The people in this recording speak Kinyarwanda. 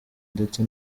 ndetse